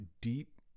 deep